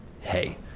hey